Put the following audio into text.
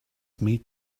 meet